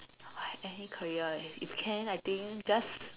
I any career leh if can I think just